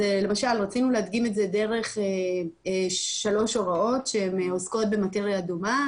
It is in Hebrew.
אז למשל רצינו להדגים את זה דרך שלוש הוראות שהן עוסקות במאטריה דומה.